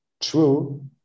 true